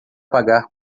pagar